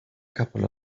couple